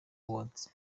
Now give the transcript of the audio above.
world